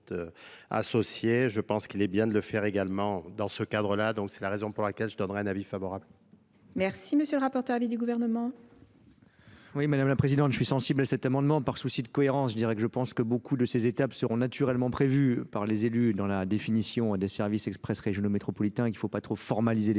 Je pense qu'il est bien de le faire également dans ce cadre là. donc c'est la raison pour laquelle je donnerai un avis favorable M. le rapporteur du gouvernement. Mᵐᵉ la Présidente, je suis sensible à cet amendement Par souci de cohérence, je dirais que je pense que beaucoup de ces étapes seront naturellement prévues par les élus dans la définition des services express régions métropolitains. Il ne faut Il ne faut pas trop formaliser les